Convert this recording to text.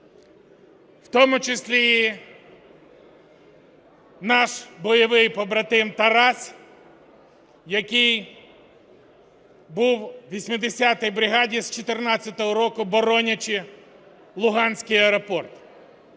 в тому числі наш бойовий побратим Тарас, який був у 80-й бригаді з 14-го року, боронячи луганський аеропорт.